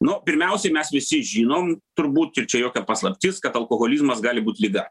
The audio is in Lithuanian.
nu pirmiausiai mes visi žinom turbūt ir čia jokia paslaptis kad alkoholizmas gali būt liga